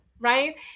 right